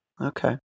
Okay